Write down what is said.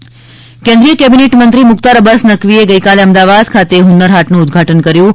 મુખ્તાર અબ્બાસ નકવી કેન્દ્રિય કેબીનેટ મંત્રી મુખ્તાર અબ્બાસ નકવી એ ગઇકાલે અમદાવાદ ખાતે હુન્નર હાટનું ઉદઘાટન કર્યુ